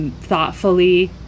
thoughtfully